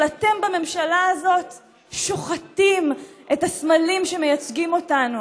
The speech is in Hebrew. אבל אתם בממשלה הזאת שוחטים את הסמלים שמייצגים אותנו,